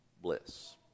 bliss